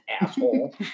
asshole